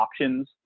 options